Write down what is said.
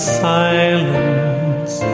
silence